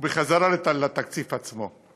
ובחזרה לתקציב עצמו.